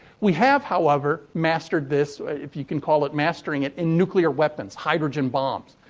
we have, however, mastered this, if you can call it mastering it, in nuclear weapons. hydrogen bombs.